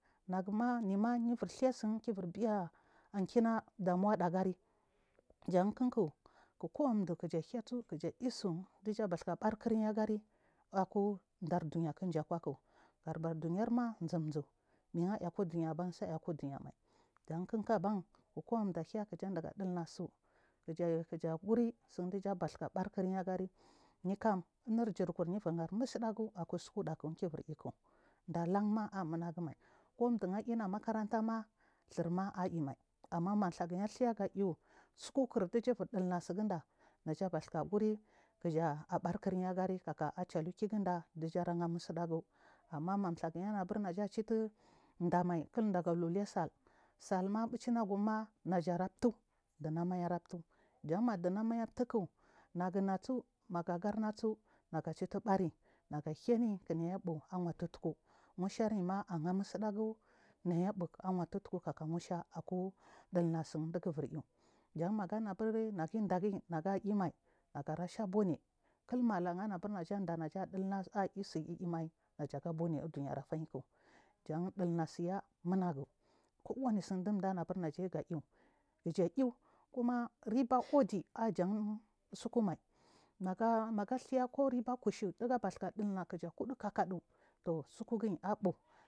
Nagu ma yu ya kuri sun chiyi ivir bargercla agari jan kowani chikon ku abaku abatu chiyeri me zum zum janvumkam kowani du gudu cihiya gaja guja cigiri sungli sha tuthubari gani cigeri yikam umar jirikuri yavir ha nusohigu a kukvati buchi clukan a’ri imunamai koclum ci muliya maka’a ayimunagu kochun citirga gari umri surkur gar gaja libari kriyi cigari umma mu tageyi aci avuhu kat daga ulu liyu sul sulama butu nogum nagunasu ragu barda natiri bari nusuari yi ma cira hu musudagu chucuku kaka musha jan menugu gnu ubaruya yimai negu ura sa bune killa muva armmuliburi suku juge bune ubamu kullu su dugu aanu chi lisuku mai mugu ciyu ko riba kishin ku shin cluge batama ainaka kache.